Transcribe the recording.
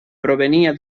provenia